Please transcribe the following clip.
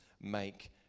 make